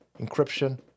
Encryption